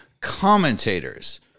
commentators